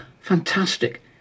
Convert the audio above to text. Fantastic